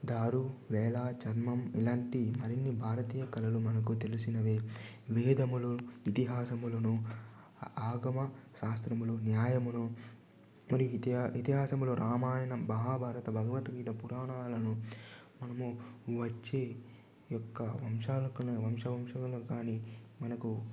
దారు వేలా చర్మం ఇలాంటి మరిన్ని భారతీయ కళలు మనకు తెలిసినవే వేదములు ఇతిహాసములను ఆగమ శాస్త్రములు న్యాయమును మరియు ఇతిహా ఇతిహాసములు రామాయణం మహాభారత భగవద్గీత పురాణాలను మనము వచ్చి యొక్క వంశాలకును వంశ వంశమును కాని మనకు